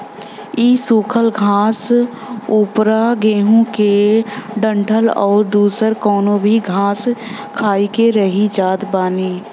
इ सुखल घास पुअरा गेंहू के डंठल अउरी दुसर कवनो भी घास खाई के रही जात बानी